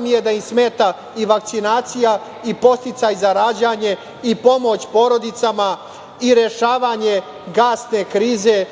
mi je da im smeta i vakcinacija i podsticaji za rađanje i pomoć porodicama i rešavanje gasne krize